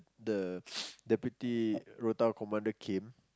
the deputy rota commander came